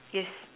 yes